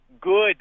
good